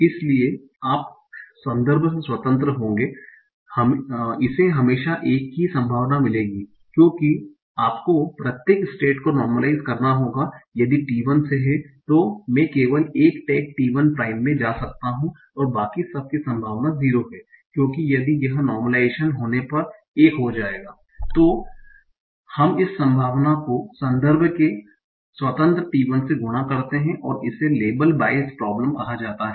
इसलिए आप संदर्भ से स्वतंत्र होंगे इसे हमेशा 1 की संभावना मिलेगी क्योंकि आपको प्रत्येक स्टेट को नार्मलइस करना होगा यदि t1 से है तो मैं केवल एक टैग t1 प्राइम में जा सकता हूं और बाकी सब की संभावना 0 है क्योंकि यदि यह नार्मलाइजेशन होने पर 1 हो जाएगा तो हम इस संभावना को संदर्भ के स्वतंत्र t1 से गुणा करते हैं और इसे लेबल बाइअस प्रोबलम कहा जाता है